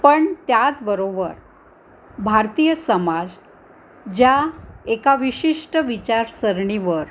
पण त्याचबरोबर भारतीय समाज ज्या एका विशिष्ट विचारसरणीवर